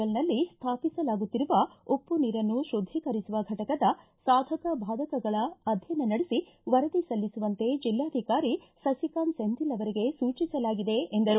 L ನಲ್ಲಿ ಸ್ಟಾಪಿಸಲಾಗುತ್ತಿರುವ ಉಪ್ಪು ನೀರನ್ನು ಶುದ್ದೀಕರಿಸುವ ಫಟಕದ ಸಾಧಕ ಬಾಧಕಗಳ ಅಧ್ಯಯನ ನಡೆಸಿ ವರದಿ ಸಲ್ಲಿಸುವಂತೆ ಜಿಲ್ಲಾಧಿಕಾರಿ ಸುಸಿಕಾಂತ್ ಸೆಂಥಿಲ್ ಅವರಿಗೆ ಸೂಚಿಸಲಾಗಿದೆ ಎಂದರು